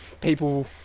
people